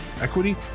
equity